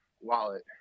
wallet